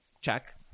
check